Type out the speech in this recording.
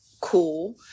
cool